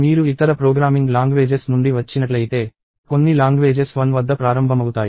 మీరు ఇతర programming languages నుండి వచ్చినట్లయితే కొన్ని లాంగ్వేజెస్ 1 వద్ద ప్రారంభమవుతాయి